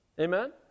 Amen